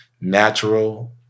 Natural